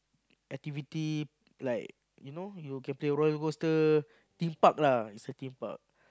activity like you know you can play roller coaster Theme Park lah it's a Theme Park